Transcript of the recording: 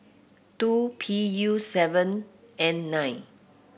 two P U seven N nine